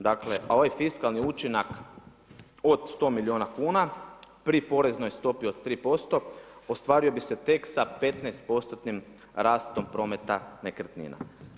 Dakle, ovaj fiskalni učinak od 100 milijuna kuna pri poreznoj stopi od 3% ostvario bi se tek sa 15%-tnim rastom prometa nekretnina.